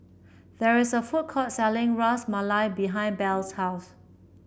there is a food court selling Ras Malai behind Belle's house